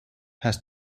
has